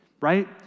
right